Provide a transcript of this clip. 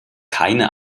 keine